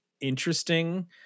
interesting